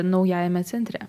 naujajame centre